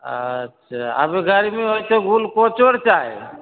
अच्छा अभी गरमी होइ छै गूलकोचो अर चाही